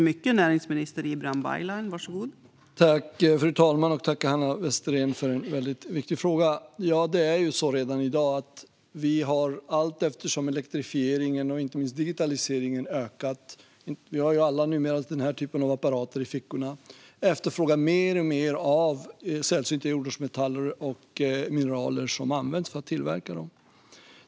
Fru talman! Jag tackar Hanna Westerén för en mycket viktig fråga. Vartefter elektrifieringen och inte minst digitaliseringen har ökat - vi har alla numera smarta telefoner i fickorna - efterfrågar vi mer och mer av sällsynta jordartsmetaller och mineraler som används för att tillverka dem.